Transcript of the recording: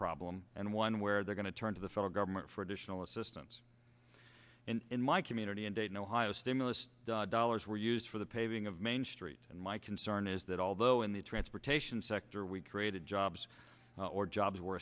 problem and one where they're going to turn to the federal government for additional assistance and in my community in dayton ohio stimulus dollars were used for the paving of main street and my concern is that although in the transportation sector we created jobs or jobs